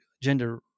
gender